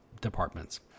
departments